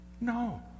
No